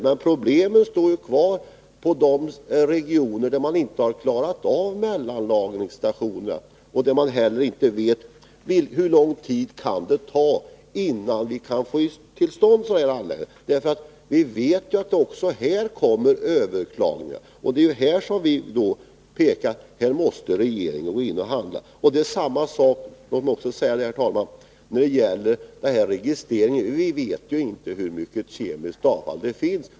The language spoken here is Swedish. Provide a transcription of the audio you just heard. Men problemen är kvar i de regioner där man inte har klarat av att få några mellanlagringsstationer och där man inte heller vet hur lång tid det tar innan någon sådan anläggning kommer till stånd. Vi vet ju att det också i det sammanhanget blir överklagningar. Det är här vi har sagt att regeringen måste gripa in. Låt mig också säga att det är samma sak när det gäller registreringen. Vi vet inte hur mycket kemiskt avfall det finns.